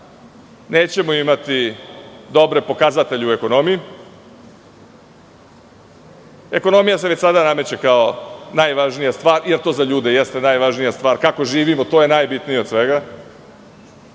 nećemo imati dobre pokazatelje u ekonomiji, jer se ekonomija već sada nameće kao najvažnija stvar, jer to za ljude jeste najvažnija stvar, kako živimo, to je najbitnije od svega,